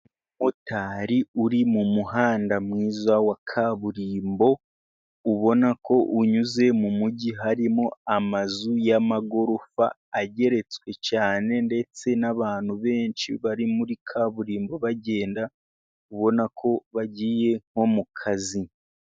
Umumotari uri mu muhanda mwiza wa kaburimbo, ubona ko unyuze mu mujyi harimo amazu y'amagorofa ageretswe cyane, ndetse n'abantu benshi bari muri kaburimbo bagenda, ubona ko bagiye nko mu kazi.